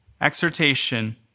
exhortation